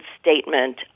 statement